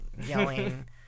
yelling